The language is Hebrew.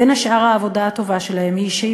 בין השאר העבודה הטובה שלהן היא שהיא